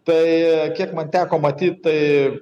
tai kiek man teko matyt tai